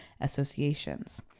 associations